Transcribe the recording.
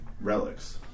relics